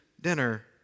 dinner